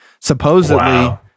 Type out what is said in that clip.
supposedly